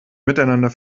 miteinander